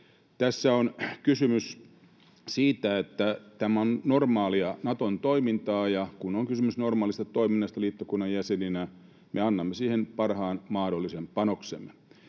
Tässä on kysymys siitä, että tämä on normaalia Naton toimintaa, ja kun on kysymys normaalista toiminnasta liittokunnan jäseninä, me annamme siihen parhaan mahdollisen panoksemme.